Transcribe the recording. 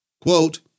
Quote